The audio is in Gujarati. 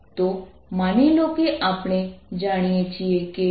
તો માની લો કે આપણે જાણીએ છીએ કે